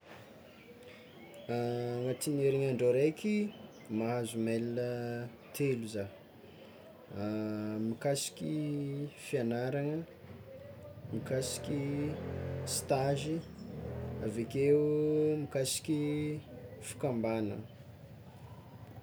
Agnatin'ny herigniandro araiky mahazo mail telo zah mikasiky fiagnarana, mikasiky stage, avekeo mikasiky fikambana.